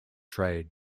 trade